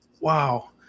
Wow